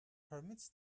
permits